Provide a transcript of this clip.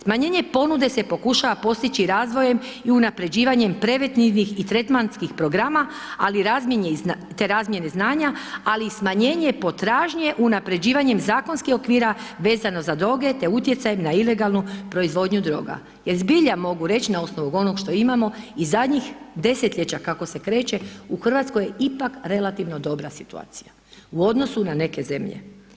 Smanjenje ponude se pokušava postići razvojem i unapređivanjem preventivnih i tretmanskih programa, ali i razmjene, te razmjene znanja ali i smanjenje potražnje unapređivanjem zakonskih okvira vezanim za droge te utjecajem na ilegalnu proizvodnju drogu, jer zbilja mogu reć na osnovu onog što imamo i zadnjih desetljeća kako se kreće u Hrvatskoj je ipak relativno dobra situacija, u odnosu na neke zemlje.